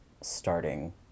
starting